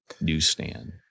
newsstand